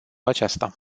aceasta